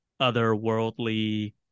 otherworldly